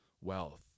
wealth